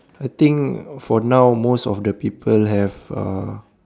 I think for now most of the people have uh